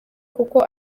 kuko